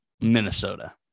Minnesota